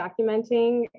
documenting